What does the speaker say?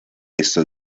estos